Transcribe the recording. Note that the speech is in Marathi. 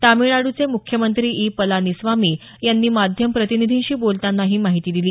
तामिळनाडूचे मुख्यमंत्री ई पलानिस्वामी यांनी माध्यम प्रतिनिधींशी बोलताना ही माहिती दिली